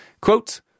Quote